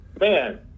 Man